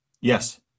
Yes